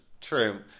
True